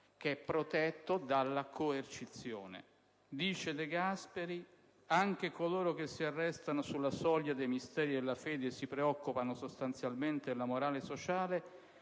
della senatrice Baio)*. Dice De Gasperi: «Anche coloro che si arrestano sulla soglia dei misteri della fede e si preoccupano sostanzialmente della morale sociale